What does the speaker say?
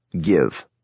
give